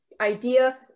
idea